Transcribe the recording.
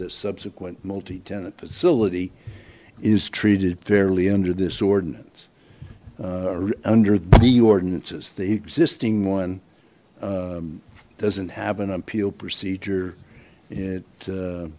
the subsequent multi tenant facility is treated fairly under this ordinance under the ordinances the existing one doesn't have an appeal procedure